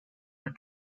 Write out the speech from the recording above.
are